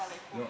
לא.